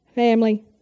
family